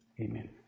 amen